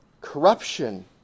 corruption